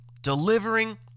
Delivering